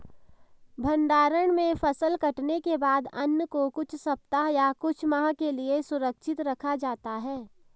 भण्डारण में फसल कटने के बाद अन्न को कुछ सप्ताह या कुछ माह के लिये सुरक्षित रखा जाता है